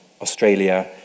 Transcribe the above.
Australia